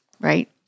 right